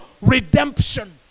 redemption